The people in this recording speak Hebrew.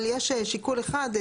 אבל יש שיקול אחד.